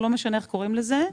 לא משנה איך קוראים לזה.